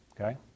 okay